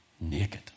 naked